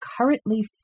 currently